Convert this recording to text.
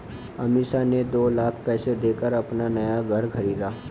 अमीषा ने दो लाख पैसे देकर अपना नया घर खरीदा